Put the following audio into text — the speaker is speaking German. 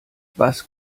was